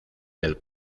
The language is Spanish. del